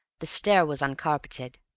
the stair was uncarpeted.